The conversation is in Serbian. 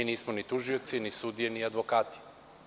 Mi nismo ni tužioci, ni sudije, ni advokati.